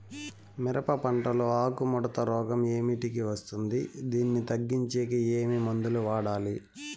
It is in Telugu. మిరప పంట లో ఆకు ముడత రోగం ఏమిటికి వస్తుంది, దీన్ని తగ్గించేకి ఏమి మందులు వాడాలి?